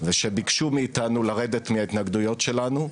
ושביקשו מאתנו לרדת מההתנגדויות שלנו.